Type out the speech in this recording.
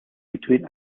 between